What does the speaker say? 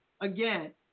Again